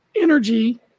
energy